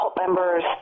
members